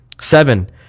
Seven